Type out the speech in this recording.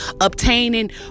obtaining